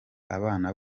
abana